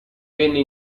venne